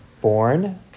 born